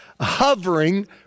hovering